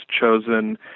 chosen